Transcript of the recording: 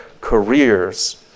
careers